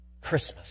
Christmas